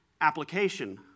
application